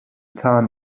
town